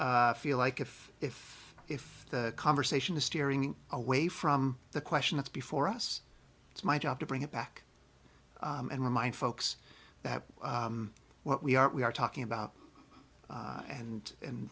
i feel like if if if the conversation is steering away from the question that's before us it's my job to bring it back and remind folks that what we are we are talking about and